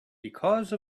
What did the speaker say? because